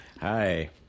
Hi